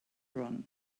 run